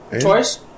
Twice